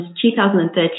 2013